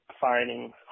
finding